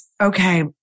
Okay